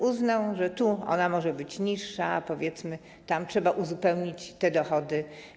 Uznał, że tu ona może być niższa, a, powiedzmy, tam trzeba uzupełnić te dochody.